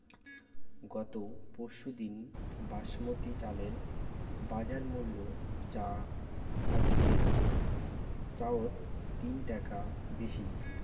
গত পরশুদিন বাসমতি চালের বাজারমূল্য যা আজিকের চাইয়ত তিন টাকা বেশি